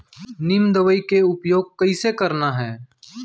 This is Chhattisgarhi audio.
नीम दवई के उपयोग कइसे करना है?